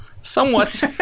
somewhat